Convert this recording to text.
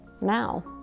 now